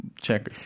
Check